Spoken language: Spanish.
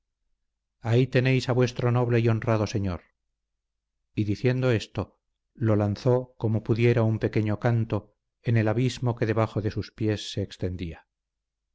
ahí tenéis a vuestro noble y honrado señor y diciendo esto lo lanzó como pudiera un pequeño canto en el abismo que debajo de sus pies se extendía